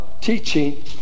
teaching